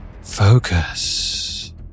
Focus